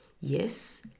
yes